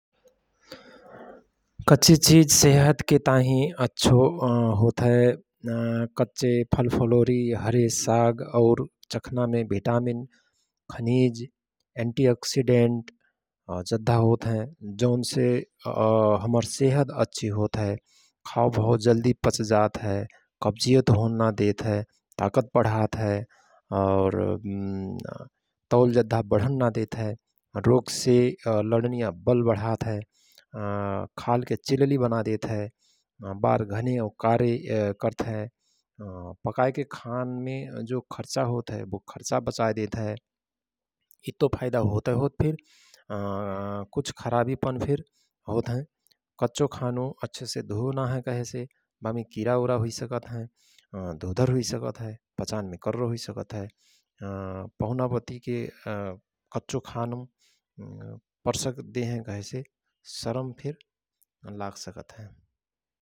कच्चि चिझ सेहदके ताहिँ अच्छे होत हए । कच्चे फलफलोरी हरे साग और चखनामे भिटामिन खनिज एंटी अक्सीडेन्ट जद्धा होत हए । जौननसे हमर सेहद अच्छि होत हयं, खाओ भओ जल्दी पचातहए, कब्जियत होन ना देतहए ताकत बढात हय । और तौल जद्धा बढन ना देत हय, रोगसे लडनिया बल बढात हए, खाल के चिलली बनायदेत हय बार घने और कारे करत हएं । पकाएके खानमे जो खर्चा होत हय वो खर्चा वचायदेत हए । इत्तो फाईदा होतयहोत फिर कुछ खरावी पन फिर होतहय । कच्चो खानु अच्छेसे धुओ ना कहेसे बामे किराउरा हुईसकत हय, धुधर हुई सकत हए, पचानमे कर्रो हुई सकत हय, पहुना पति क कच्चो खानु पर्सक देहय कहेसे सरमफिर लाग सकत हय ।